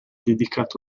dedicato